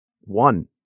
One